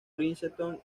princeton